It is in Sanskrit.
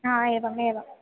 हा एवमेवम्